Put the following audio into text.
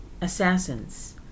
assassins